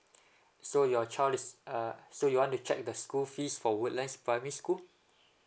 so your child is uh so you want to check the school fees for woodlands primary school